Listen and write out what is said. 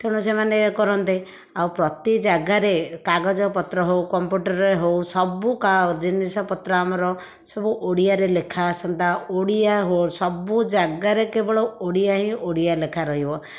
ତେଣୁ ସେମାନେ ଇଏ କରନ୍ତେ ଆଉ ପ୍ରତି ଜାଗାରେ କାଗଜ ପତ୍ର ହେଉ କମ୍ପୁଟରରେ ହେଉ ସବୁ ଜିନିଷ ପତ୍ର ଆମର ସବୁ ଓଡ଼ିଆରେ ଲେଖା ଆସନ୍ତା ଓଡ଼ିଆ ସବୁ ଜାଗାରେ କେବଳ ଓଡ଼ିଆ ହିଁ ଓଡ଼ିଆ ଲେଖା ରହିବ